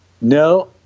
No